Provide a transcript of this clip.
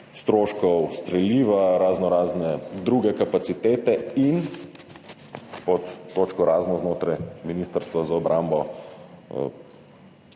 stroškov streliva, raznoraznih drugih kapacitet. Pod točko razno znotraj Ministrstva za obrambo